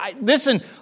Listen